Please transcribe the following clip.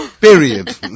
Period